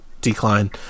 decline